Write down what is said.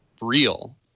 real